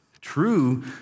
true